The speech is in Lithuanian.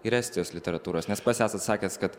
ir estijos literatūros nes pats esat sakęs kad